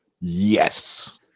Yes